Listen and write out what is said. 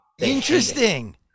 Interesting